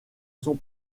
son